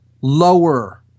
lower